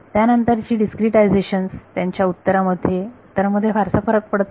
त्यानंतरची डीस्क्रीटायझेशन्स त्यांच्या उत्तरांमध्ये फारसा फरक पडत नाही